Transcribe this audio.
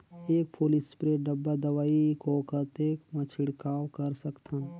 एक full spray डब्बा दवाई को कतेक म छिड़काव कर सकथन?